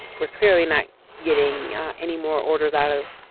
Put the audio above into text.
we're clearly not getting anymore orders out of.